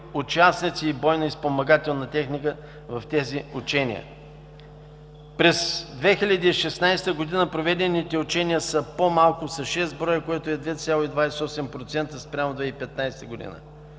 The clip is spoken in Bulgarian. участници, бойна и спомагателна техника в тези учения. През 2016 г. проведените учения са по-малко с шест броя, което е 2,28% спрямо 2015 г.